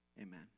amen